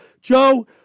Joe